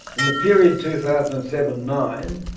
in the period two thousand and seven nine,